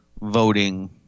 voting